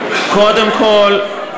קודם כול,